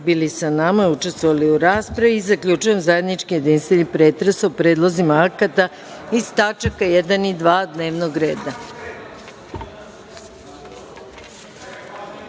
bili sa nama, učestvovali u raspravi i zaključujem zajednički jedinstveni pretres o predlozima akata iz tačaka 1. i 2. dnevnog